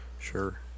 sure